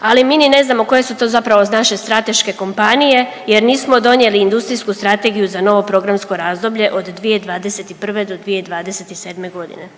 ali mi ni ne znamo koje su to naše strateške kompanije jer nismo donijeli industrijsku strategiju za novo programsko razdoblje od 2021. do 2027. godine.